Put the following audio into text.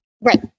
Right